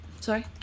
Sorry